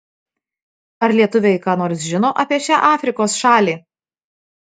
ar lietuviai ką nors žino apie šią afrikos šalį